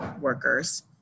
workers